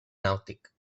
nàutic